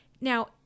Now